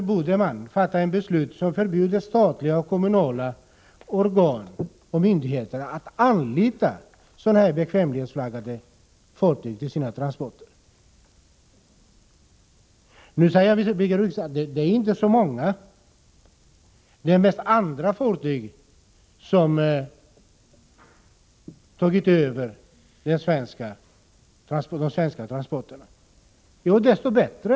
Vi borde därför fatta ett beslut om att förbjuda statliga och kommunala organ och myndigheter att anlita sådana bekvämlighetsflaggade fartyg för sina transporter. Nu säger Birger Rosqvist att det inte är så många bekvämlighetsflaggade fartyg utan mest andra fartyg som har tagit över de svenska transporterna. Ja, desto bättre!